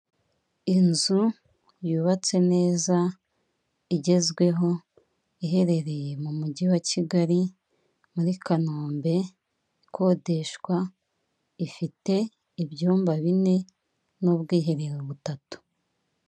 Inzu yubatse neza igezweho iherereye mu mujyi wa kigali muri kanombe ikodeshwa ifite ibyumba bine n'ubwiherero butatu.